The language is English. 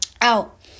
Out